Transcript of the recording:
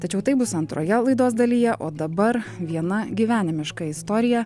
tačiau tai bus antroje laidos dalyje o dabar viena gyvenimiška istorija